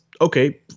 okay